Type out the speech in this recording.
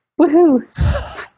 woohoo